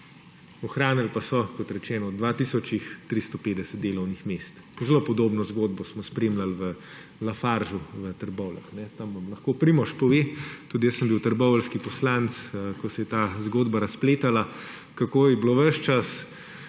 Ohranili pa so, kot rečeno od dva tisočih 350 delovnih mest. Zelo podobno zgodbo smo spremljali v Lafargu v Trbovljah. Tam vam lahko Primož pove, tudi jaz sem bil trboveljski poslanec, ko se je ta zgodba razpletala, kako je bilo ves čas